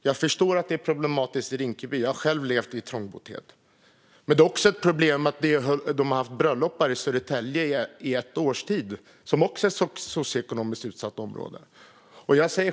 Jag förstår att det är problematiskt i Rinkeby. Jag har själv levt i trångboddhet. Men det är också ett problem att det i ett års tid har hållits bröllop i Södertälje, som också är ett socioekonomiskt utsatt område.